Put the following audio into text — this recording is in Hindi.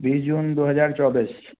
बीस जून दो हज़ार चौबीस